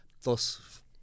thus